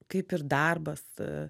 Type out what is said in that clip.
kaip ir darbas